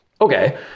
Okay